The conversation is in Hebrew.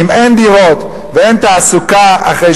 כי אם אין דירות ואין תעסוקה אחרי